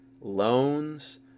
loans